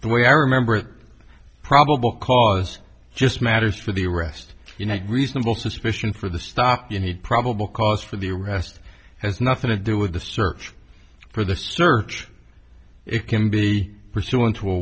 the way i remember it probable cause just matters for the rest you know reasonable suspicion for the stop you need probable cause for the arrest has nothing to do with the search for the search it can be pursu